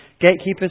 gatekeepers